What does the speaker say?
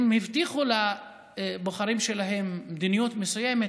הם הבטיחו לבוחרים שלהם מדיניות מסוימת,